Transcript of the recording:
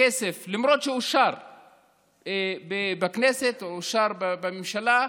למרות שהכסף אושר בכנסת, אושר בממשלה,